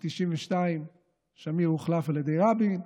ב-1992 שמיר הוחלף על ידי רבין,